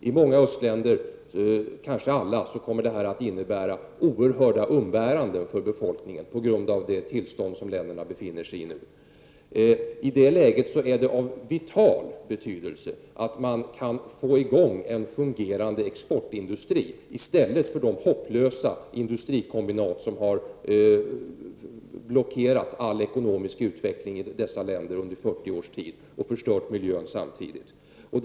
I många östeuropeiska länder, kanske alla, kommer detta att innebära oerhörda umbäranden för befolkningen på grund av det tillstånd som länderna befinner sig i nu. I detta läge är det av vital betydelse att de får i gång en fungerande exportindustri i stället för de hopplösa industrikombinat som har blockerat all ekonomisk utveckling i dessa länder under 40 års tid och som samtidigt förstört miljön.